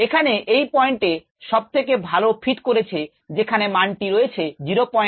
এখানে এই পয়েন্টে সবথেকে ভালো ফিট করেছে যেখানে মান টি রয়েছে 09879